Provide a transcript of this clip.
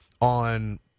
on